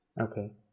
Okay